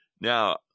Now